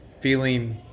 feeling